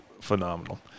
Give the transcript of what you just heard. phenomenal